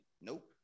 nope